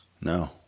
No